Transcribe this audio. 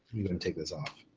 i'm gonna take this off.